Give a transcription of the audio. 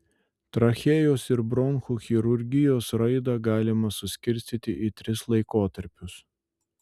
trachėjos ir bronchų chirurgijos raidą galima suskirstyti į tris laikotarpius